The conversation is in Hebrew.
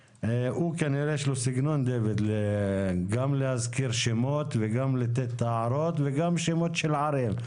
כנראה שלדוד יש סגנון גם להזכיר שמות וגם לתת הערות וגם שמות של ערים.